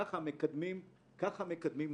ככה מקדמים נושא.